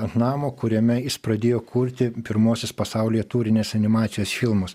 ant namo kuriame jis pradėjo kurti pirmuosius pasaulyje tūrinės animacijos filmus